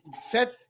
Seth